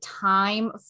time